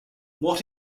what